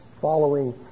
following